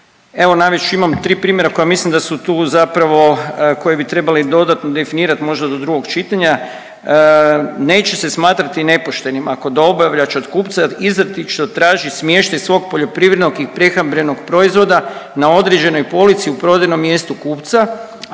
Evo navest ću, imam i tri primjera koja mislim da su tu zapravo koje bi trebali dodatno definirati možda do drugog čitanja. Neće se smatrati nepoštenim ako dobavljač od kupca izričito traži smještaj svog poljoprivrednog i prehrambenog proizvoda na određenoj polici u prodajnom mjestu kupca,